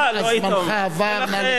חבר הכנסת